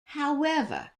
however